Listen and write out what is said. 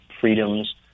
freedoms